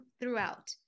throughout